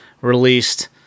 released